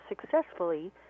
successfully